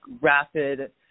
rapid